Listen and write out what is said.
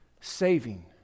saving